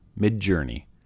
mid-journey